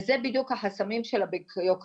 ואלו בדיוק החסמים של הבירוקרטיה,